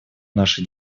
наши